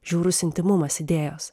žiaurus intymumas idėjos